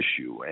issue